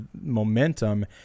momentum